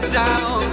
down